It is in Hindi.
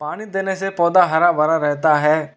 पानी देने से पौधा हरा भरा रहता है